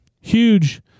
huge